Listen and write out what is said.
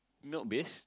milk base